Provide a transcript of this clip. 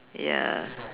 ya